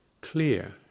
clear